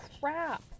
crap